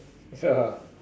ya